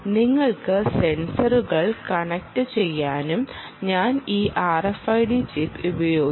നിങ്ങൾക്ക് സെൻസറുകൾ കണക്റ്റുചെയ്യാനാകും ഞാൻ ഈ RFID ചിപ്പ് ഉപയോഗിച്ചു